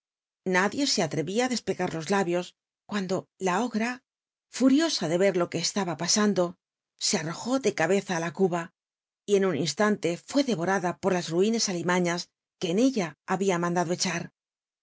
nadie se atre ia á despegar los labios cuamlo la ogra furiosa de yer lo que estaba pa ando se arrojó de cabeza á la cuba en un instante fue devorada por las ru incs alimañas filio en ella había mandado echar